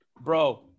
Bro